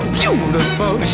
beautiful